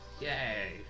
Yay